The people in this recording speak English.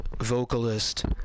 vocalist